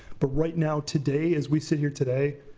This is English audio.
but right now today, as we sit here today,